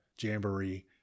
Jamboree